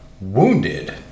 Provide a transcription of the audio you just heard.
wounded